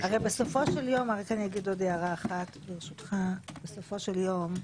אז אני אגיד עוד הערה אחת, ברשותך: בסופו של יום,